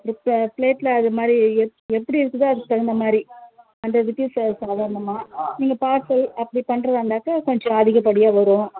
இப்போ ப்ளேட்டில் அது மாதிரி எப் எப்படி இருக்குதோ அதுக்குத் தகுந்த மாதிரி பண்ணுறதுக்கு ச சாதாரணமாக நீங்கள் பார்சல் அப்படி பண்ணுறதா இருந்தாக்க கொஞ்சம் அதிகப்படியாக வரும்